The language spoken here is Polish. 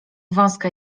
wąska